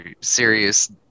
serious